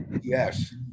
Yes